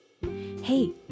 Hey